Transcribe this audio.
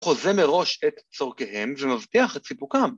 ‫חוזה מראש את צורכיהם ‫ומבטיח את סיפוקם.